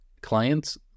clients